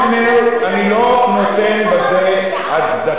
אני לא נותן בזה הצדקה,